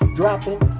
dropping